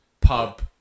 Pub